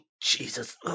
Jesus